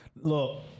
look